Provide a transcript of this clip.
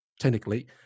technically